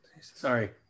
Sorry